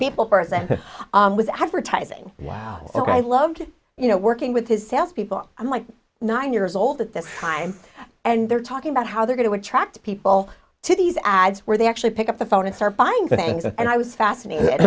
people for example with advertising wow ok i love to you know working with his salespeople i'm like nine years old at this time and they're talking about how they're going to attract people to these ads where they actually pick up the phone and start buying things and i was fascinated